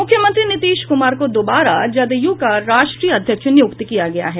मुख्यमंत्री नीतीश कुमार को दोबारा जदयु का राष्ट्रीय अध्यक्ष नियुक्त किया गया है